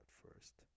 first